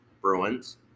Bruins